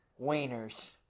wieners